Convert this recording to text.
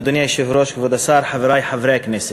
אדוני היושב-ראש, כבוד השר, חברי חברי הכנסת,